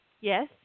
Yes